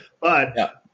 But-